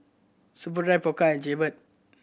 Superdry Pokka and Jaybird